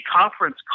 conference